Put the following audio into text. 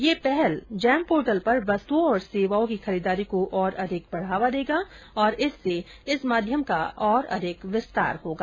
यह पहल GeM portal पर वस्तुओं और सेवाओं की खरीददारी को और अधिक बढ़ावा देगा और इससे इस माध्यम का और अधिक विस्तार होगा